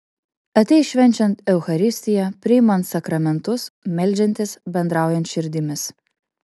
ateis švenčiant eucharistiją priimant sakramentus meldžiantis bendraujant širdimis